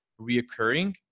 reoccurring